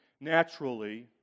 naturally